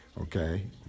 okay